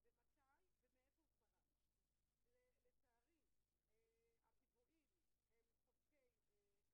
אם כן, נתכנס בשבועיים וננסה לאשר את הרביזיה.